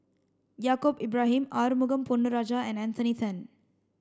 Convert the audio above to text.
Yaacob Ibrahim Arumugam Ponnu Rajah and Anthony Then